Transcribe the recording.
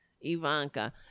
Ivanka